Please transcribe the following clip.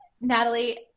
Natalie